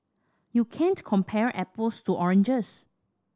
you can't compare apples to oranges